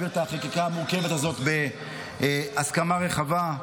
את החקיקה המורכבת הזאת בהסכמה רחבה,